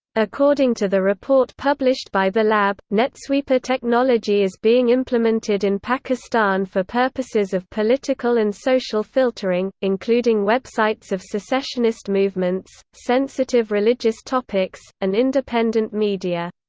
according to the report published by the lab, netsweeper technology is being implemented in pakistan for purposes of political and social filtering, including websites of secessionist movements, sensitive religious topics, and independent media.